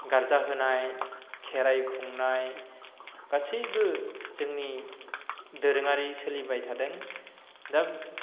गार्जा होनाय खेराइ खुंनाय गासैबो जोंनि दोरोङारि सोलिबाय थादों दा